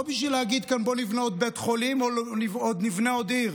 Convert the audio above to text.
לא בשביל להגיד כאן: בואו נבנה עוד בית חולים או נבנה עוד עיר,